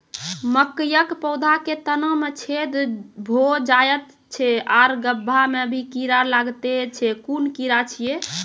मकयक पौधा के तना मे छेद भो जायत छै आर गभ्भा मे भी कीड़ा लागतै छै कून कीड़ा छियै?